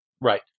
Right